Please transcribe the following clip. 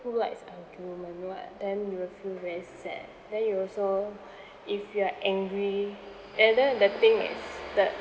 who likes argument [what] then you will feel very sad then you also if you are angry and then the thing is the